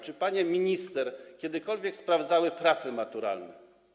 Czy panie minister kiedykolwiek sprawdzały pracę maturalną?